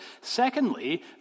secondly